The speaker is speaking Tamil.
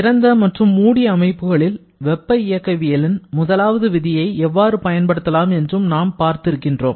திறந்த மற்றும் மூடிய அமைப்புகளில் வெப்ப இயக்கவியலின் முதலாவது விதியை எவ்வாறு பயன்படுத்தலாம் என்றும் நாம் பார்த்திருக்கிறோம்